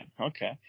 Okay